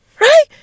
Right